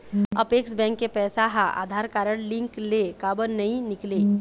Apex bank के पैसा हा आधार कारड लिंक ले काबर नहीं निकले?